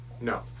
no